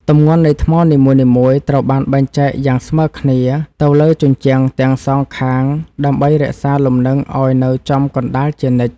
ទម្ងន់នៃថ្មនីមួយៗត្រូវបានបែងចែកយ៉ាងស្មើគ្នាទៅលើជញ្ជាំងទាំងសងខាងដើម្បីរក្សាលំនឹងឱ្យនៅចំកណ្តាលជានិច្ច។